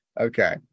Okay